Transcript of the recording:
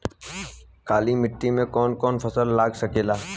काली मिट्टी मे कौन कौन फसल लाग सकेला?